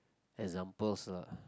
examples lah